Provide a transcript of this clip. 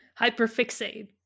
Hyperfixate